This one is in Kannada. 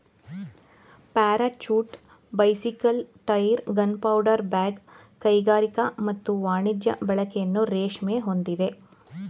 parachute bicycle tyre gunpowder bag ಕೈಗಾರಿಕಾ ಮತ್ತು ವಾಣಿಜ್ಯ ಬಳಕೆಯನ್ನು ರೇಷ್ಮೆ ಹೊಂದಿದೆ